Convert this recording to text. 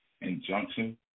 injunction